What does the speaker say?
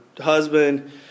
husband